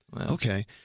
Okay